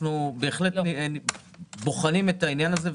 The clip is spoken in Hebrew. אנחנו בהחלט בוחנים את העניין הזה.